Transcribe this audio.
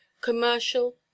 commercial